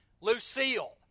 Lucille